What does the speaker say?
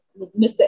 Mr